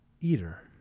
eater